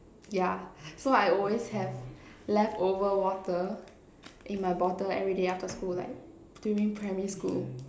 yeah so I always have left over water in my bottle everyday after school like during primary school